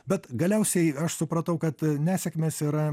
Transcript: bet galiausiai aš supratau kad nesėkmės yra